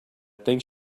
think